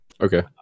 Okay